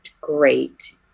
great